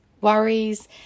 worries